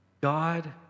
God